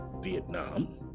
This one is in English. Vietnam